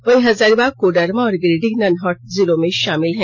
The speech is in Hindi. वहीं हजारीबाग कोडरमा और गिरिडीह नन हॉट जिलों में शामिल हैं